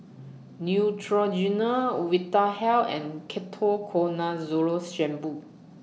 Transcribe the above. Neutrogena Vitahealth and Ketoconazole Shampoo